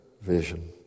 vision